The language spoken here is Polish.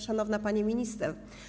Szanowna Pani Minister!